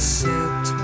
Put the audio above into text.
sit